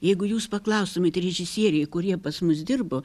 jeigu jūs paklaustumėt režisieriai kurie pas mus dirbo